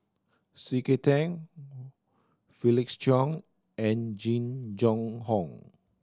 C K Tang Felix Cheong and Jing Jun Hong